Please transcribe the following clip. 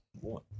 one